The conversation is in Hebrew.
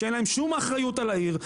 שאין להם שום אחריות על העיר,